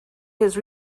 his